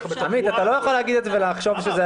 אתה לא יכול להגיד את זה ולחשוב שזה